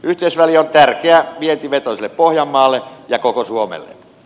yhteysväli on tärkeä vientivetoiselle pohjanmaalle ja koko suomelle